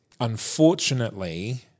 Unfortunately